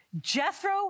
Jethro